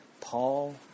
Paul